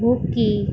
hockey